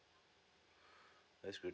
that's good